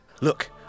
Look